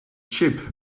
cheap